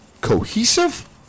cohesive